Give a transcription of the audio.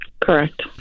Correct